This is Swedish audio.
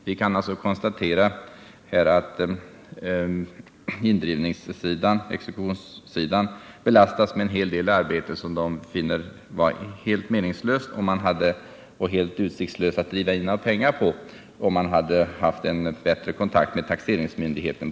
Vi har exempelvis kunnat konstatera att man på exekutionssidan belastas med en hel del arbete som skulle ha kunnat undvikas — bl.a. därför att det ibland rör sig om ärenden där det är helt utsiktslöst att försöka driva in några pengar — om man på ett tidigare stadium hade haft en bättre kontakt med taxeringsmyndigheten.